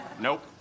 Nope